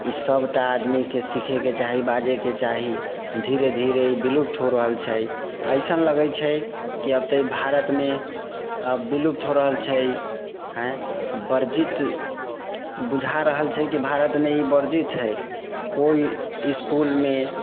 ई सभटा आदमीके सिखैके चाही बाजैके चाही धीरे धीरे ई बिलुप्त हो रहल छै अइसन लगै छै कि ई आब तऽ भारतमे आब बिलुप्त हो रहल छै अइ बर्जित बुझा रहल छै कि भारतमे ई बर्जित हय कोइ इसकुल मे